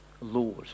Lord